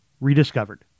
rediscovered